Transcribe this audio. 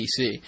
DC